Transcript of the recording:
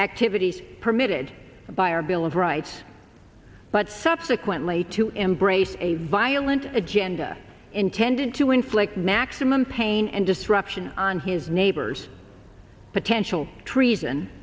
activities permitted by our bill of rights but subsequently to embrace a violent agenda intended to inflict maximum pain and disruption on his neighbors potential treason